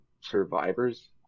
survivors